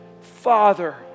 Father